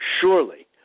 surely